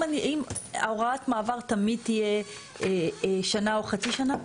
אם הוראת המעבר תמיד תהיה שנה או חצי שנה?